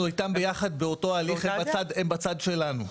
אנחנו איתם ביחד באותו הליך, הם בצד שלנו.